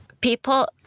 people